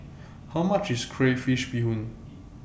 How much IS Crayfish Beehoon